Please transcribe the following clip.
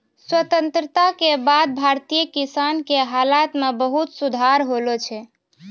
स्वतंत्रता के बाद भारतीय किसान के हालत मॅ बहुत सुधार होलो छै